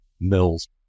mills